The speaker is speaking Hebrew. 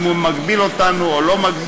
אם הוא מגביל אותנו או לא מגביל,